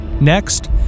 Next